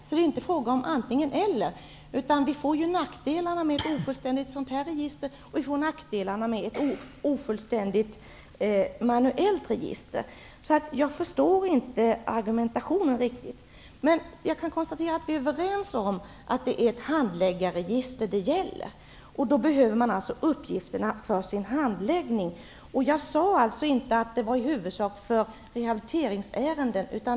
Det är inte fråga om antingen eller. Vi får nackdelarna med ett ofullständigt dataregister och nackdelarna med ett manuellt register. Jag förstår inte riktigt argumentationen. Jag kan konstatera att vi är överens om att det är fråga om ett handläggarregister. Man behöver uppgifterna för handläggningen. Jag sade inte att det huvudsakligen var fråga om rehabiliteringsärenden.